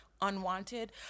unwanted